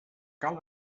cal